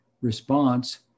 response